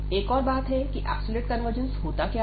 एक और बात है कि एब्सोल्यूट कन्वर्जेन्स होता क्या है